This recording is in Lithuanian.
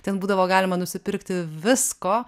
ten būdavo galima nusipirkti visko